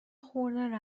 خورده